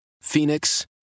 Phoenix